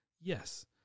Yes